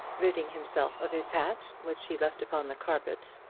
ridding himself of his hat, which he left upon the carpet,